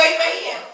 Amen